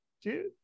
Dude